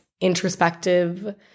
introspective